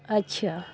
ଆଚ୍ଛା